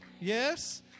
Yes